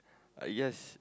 ah yes